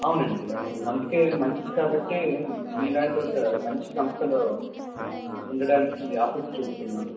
అవును అండి అవును అండి అందుకే మంచిది కాబట్టే మీలాంటి ఒక మంచి సంస్థలో ఉండటానికి ఆసక్తి చూపుతున్నాను